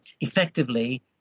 effectively